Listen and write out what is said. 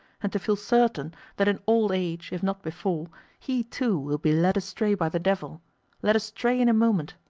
and to feel certain that in old age, if not before he too will be led astray by the devil led astray in a moment.